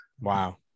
Wow